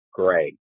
gray